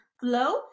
flow